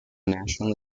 national